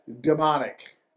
demonic